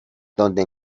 donde